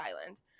Island